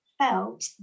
felt